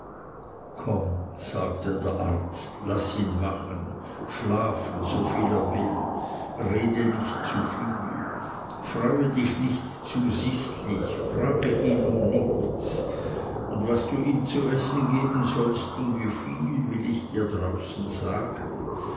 komm sagte der arzt laß ihn machen schlafen so viel er will rede nicht zu viel freue dich nicht zu sichtlich frage ihn um nichts und was du ihm zu essen geben sollst und wieviel will ich dir draußen sagen